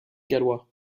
gallois